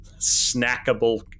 snackable